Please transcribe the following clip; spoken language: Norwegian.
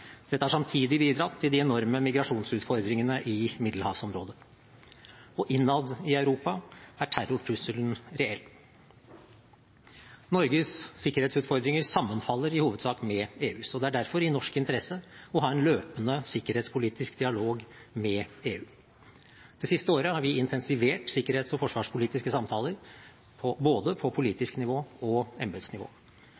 Dette har samtidig bidratt til de enorme migrasjonsutfordringene i middelhavsområdet. Og innad i Europa er terrortrusselen reell. Norges sikkerhetsutfordringer sammenfaller i hovedsak med EUs, og det er derfor i norsk interesse å ha en løpende sikkerhetspolitisk dialog med EU. Det siste året har vi intensivert sikkerhets- og forsvarspolitiske samtaler på både politisk nivå og embetsnivå.